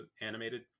animated